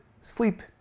sleep